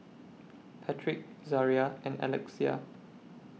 Patric Zaria and Alexia